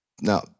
Now